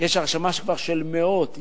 יש כבר הרשמה של מאות ישראלים.